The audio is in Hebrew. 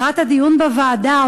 לקראת הדיון בוועדה,